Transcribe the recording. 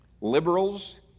Liberals